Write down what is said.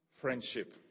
friendship